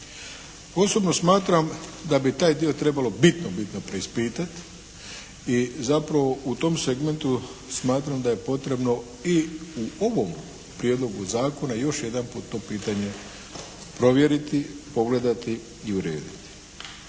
Osobno smatram da bi taj dio trebalo bitno, bitno preispitati i zapravo u tom segmentu smatram da je potrebno i u ovom prijedlogu zakona još jedanput to pitanje provjeriti, pogledati i urediti.